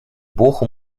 bochum